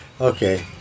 okay